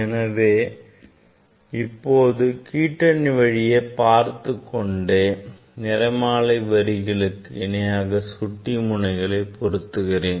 எனவே இவ்வாறு கீற்றணி வழியே பார்த்துக் கொண்டே நிறமாலை வரிகளுக்கு இணையாக சுட்டி முனைகளை கூறுகிறேன்